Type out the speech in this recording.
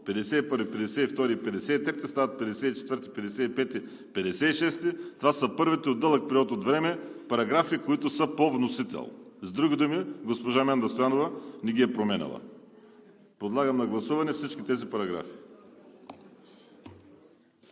параграфи 54, 55 и 56. Това са първите от дълъг период от време параграфи, които са по вносител. С други думи, госпожа Менда Стоянова не ги е променяла. Подлагам на гласуване всички тези параграфи.